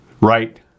right